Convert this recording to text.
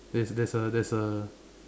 there's there's a there's a